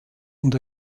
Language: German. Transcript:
und